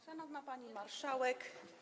Szanowna Pani Marszałek!